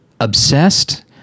obsessed